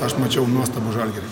aš mačiau nuostabų žalgirį